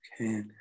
Okay